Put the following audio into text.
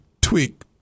tweak